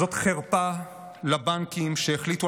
זאת חרפה לבנקים שהחליטו,